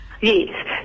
yes